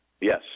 Yes